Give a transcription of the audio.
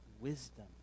wisdom